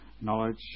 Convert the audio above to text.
knowledge